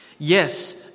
Yes